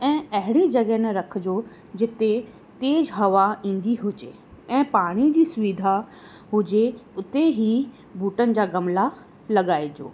ऐं अहिड़ी जॻहि न रखिजो जिते तेज़ु हवा ईंदी हुजे ऐं पाणी जी सुविधा हुजे उते ई बूटनि जा गमला लॻाइजो